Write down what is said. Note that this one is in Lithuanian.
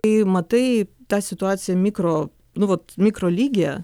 kai matai tą situaciją mikro nu vot mikrolygyje